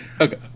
Okay